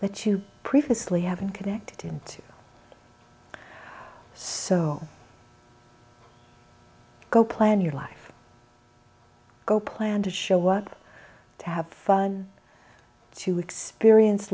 that you previously haven't connected to so go plan your life go plan to show work to have fun to experience